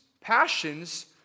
passions